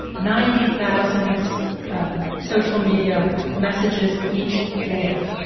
ninety thousand social media messages each day.